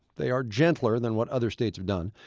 they are gentler than what other states have done,